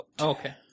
Okay